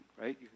right